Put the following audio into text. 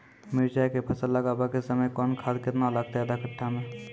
मिरचाय के फसल लगाबै के समय कौन खाद केतना लागतै आधा कट्ठा मे?